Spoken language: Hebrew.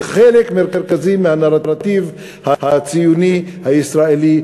זה חלק מרכזי מהנרטיב הציוני הישראלי,